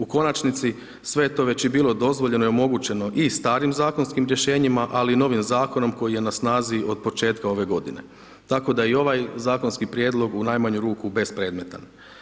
U konačnici, sve je to već i bilo dozvoljeno i omogućeno i starim zakonskim rješenjima, ali i novim zakonom koji je na snazi od početka ove godine, tako da je i ovaj zakonski prijedlog u najmanju ruku bespredmetan.